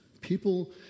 people